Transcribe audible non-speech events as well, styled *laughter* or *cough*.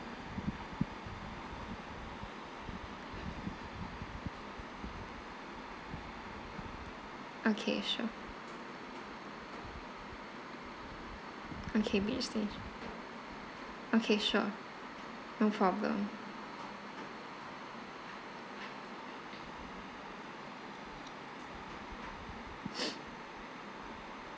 okay sure okay okay sure no problem *noise*